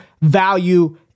value